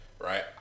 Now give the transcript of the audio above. Right